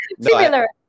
similar